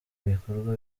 ibikorwa